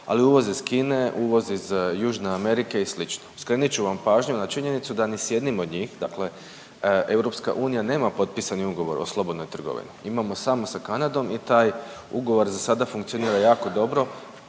ali uvoz iz Kine, uvoz iz Južne Amerike i sl. Skrenit ću vam pažnju na činjenicu da ni s jednim od njih, dakle EU nema potpisani ugovor o slobodnoj trgovini. Imamo samo sa Kanadom i taj ugovor za sada funkcionira jako dobro,